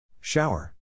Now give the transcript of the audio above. Shower